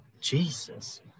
Jesus